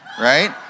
right